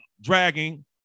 dragging